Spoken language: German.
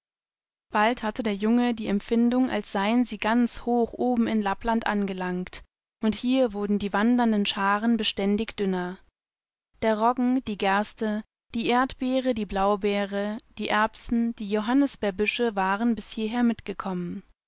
bald hatte der junge die empfindung als seien sie ganz hoch oben in lappland angelangt und hier wurden die wandernden scharen beständig dünner derroggen diegerste dieerdbeere dieblaubeere dieerbsen die johannisbeerbüsche waren bis hierher mitgekommen